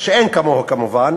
שאין כמוהו, כמובן